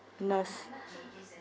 nurse